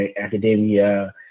academia